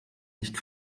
nicht